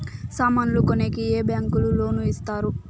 సామాన్లు కొనేకి ఏ బ్యాంకులు లోను ఇస్తారు?